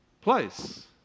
place